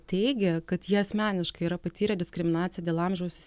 teigia kad jie asmeniškai yra patyrę diskriminaciją dėl amžiaus